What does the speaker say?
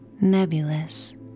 nebulous